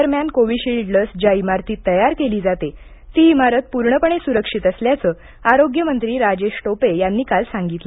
दरम्यान कोविशिल्ड लस ज्या इमारतीत तयार केली जाते ती इमारत पूर्णपणे सुरक्षित असल्याचं आरोग्य मंत्री राजेश टोपे यांनी काल सांगितलं